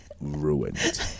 ruined